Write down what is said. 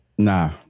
Nah